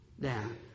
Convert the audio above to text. down